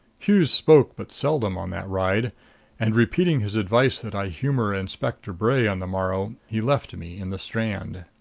hughes spoke but seldom on that ride and, repeating his advice that i humor inspector bray on the morrow, he left me in the strand.